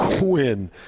win